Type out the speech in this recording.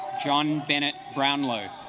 john bennett brownlow